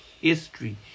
history